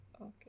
Okay